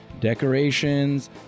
decorations